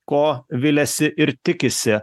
ko viliasi ir tikisi